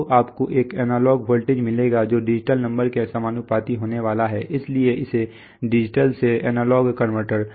तो आपको एक एनालॉग वोल्टेज मिलेगा जो डिजिटल नंबर के समानुपाती होने वाला है इसीलिए इसे डिजिटल से एनालॉग कनवर्टर कहा जाता है